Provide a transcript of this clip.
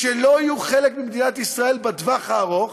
שלא יהיו חלק ממדינת ישראל בטווח הארוך,